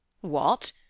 What